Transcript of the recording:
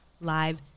live